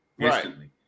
instantly